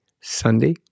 Sunday